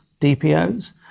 DPOs